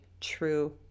true